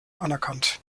anerkannt